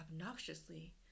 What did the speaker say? obnoxiously